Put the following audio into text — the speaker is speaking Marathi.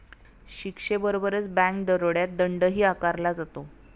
शिक्षेबरोबरच बँक दरोड्यात दंडही आकारला जातो